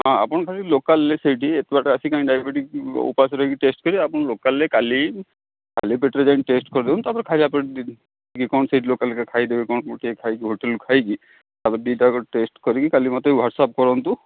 ହଁ ଆପଣ ଖାଲି ଲୋକାଲ୍ରେ ସେଇଠି ଏତେ ବାଟ ଆସିକି ଡ଼ାଇବେଟିସ୍ ଉପାସ ରହିକି ଟେଷ୍ଟ କରିବେ ଆପଣ ଲୋକାଲ୍ରେ କାଲି ଖାଲି ପେଟରେ ଯାଇକି ଟେଷ୍ଟ କରିଦିଅନ୍ତୁ ତାପରେ ଖାଇବା ପରେ ଟିକେ କ'ଣ ସେଇଠି ଲୋକାଲ୍ରେ ଖାଇଦେବେ କ'ଣ କ'ଣ ଟିକେ ଖାଇକି ହୋଟେଲ୍ରୁ ଖାଇକି ତାପରେ ଦୁଇଟା ଯାକ ଟେଷ୍ଟ୍ କରିକି କାଲି ମୋତେ ୱାଟସ୍ଅପ୍ କରନ୍ତୁ